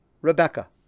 Rebecca